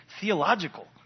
theological